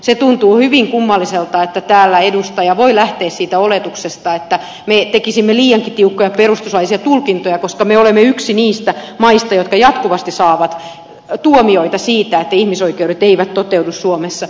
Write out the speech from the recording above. se tuntuu hyvin kummalliselta että täällä edustaja voi lähteä siitä oletuksesta että me tekisimme liiankin tiukkoja perustuslaillisia tulkintoja koska me olemme yksin niistä maista jotka jatkuvasti saavat tuomioita siitä että ihmisoikeudet eivät toteudu suomessa